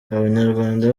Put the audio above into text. abanyarwanda